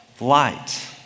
light